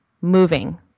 moving